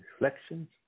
Reflections